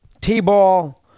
T-ball